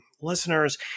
listeners